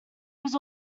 was